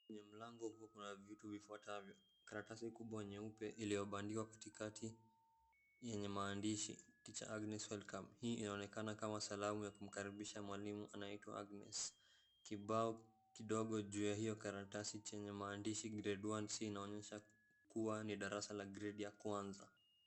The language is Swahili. Kwenye mlango huu kuna vitu vifuatavyo kuna karatasi kubwa nyeupe iliyobandikwa katika yenye maandishi Teacher Agnes Welcome hii inaonekana kama salamu ya kumkaribisha mwalimu anayeitwa Agnes kibao kidogo juu ya hiyo karatasi chenye maandishi grade one c inaonyesha kuwa ni darasa la gredi ya kwanza.